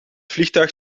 vliegtuig